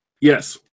yes